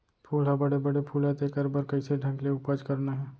फूल ह बड़े बड़े फुलय तेकर बर कइसे ढंग ले उपज करना हे